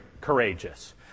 courageous